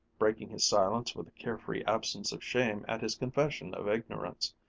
breaking his silence with a carefree absence of shame at his confession of ignorance.